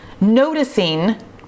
noticing